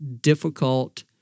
difficult